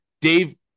Dave